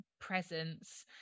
presence